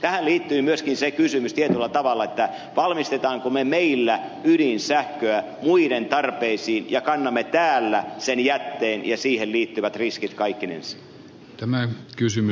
tähän liittyy myöskin se kysymys tietyllä tavalla valmistetaanko meillä ydinsähköä muiden tarpeisiin ja kannammeko täällä sen jätteen ja siihen liittyvät riskit kaikkinensa